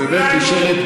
כולנו,